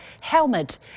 helmet